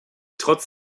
trotz